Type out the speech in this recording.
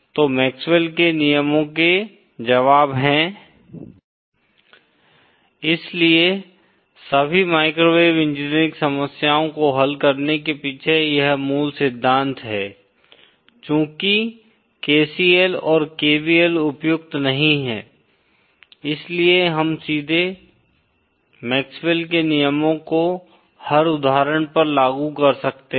तो मैक्सवेल के नियमों के जवाब है इसलिए सभी माइक्रोवेव इंजीनियरिंग समस्याओं को हल करने के पीछे यह मूल सिद्धांत है चूंकि KCL और KVL उपयुक्त नहीं हैं इसलिए हम सीधे मैक्सवेल के नियमों को हर उदाहरण पर लागू कर सकते हैं